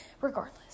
Regardless